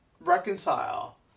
reconcile